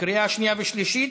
קריאה שנייה ושלישית.